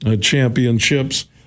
championships